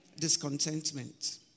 discontentment